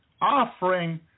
offering